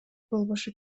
болбошу